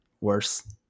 worse